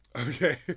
Okay